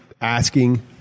asking